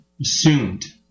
assumed